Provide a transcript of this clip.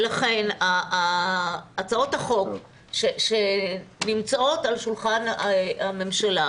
לכן הצעות החוק שנמצאות על שולחן הממשלה,